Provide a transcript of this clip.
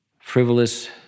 frivolous